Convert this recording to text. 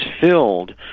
filled